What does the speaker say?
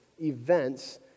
events